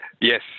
Yes